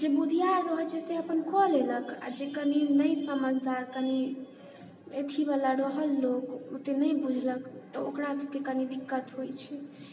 जे बुधिआर रहैत छै से अपन कऽ लेलक आ जे कनी नहि समझदार कनी अथी वाला रहल लोक ओते नहि बुझलक तऽ ओकरा सबकेँ कनी दिक्कत होइत छै